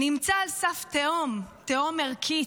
נמצא על סף תהום, תהום ערכית,